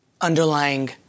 underlying